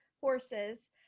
horses